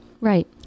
Right